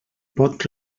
pot